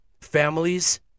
families